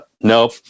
nope